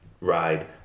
Ride